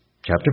chapter